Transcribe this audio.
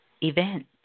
event